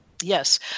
Yes